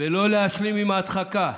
ולא להשלים עם ההדחקה.